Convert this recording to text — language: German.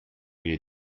wir